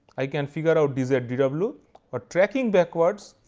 i can figure out this at dw are tracking backwards.